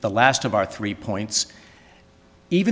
the last of our three points even